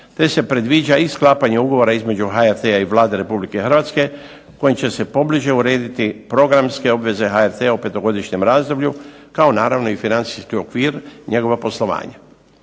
te se predviđa i sklapanje ugovora između HRT-a i Vlade Republike Hrvatske, kojim će se pobliže urediti programske obveze HRT-a u petogodišnjem razdoblju, kao naravno i financijski okvir njegova poslovanja.